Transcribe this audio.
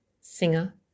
singer